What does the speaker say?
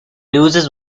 loses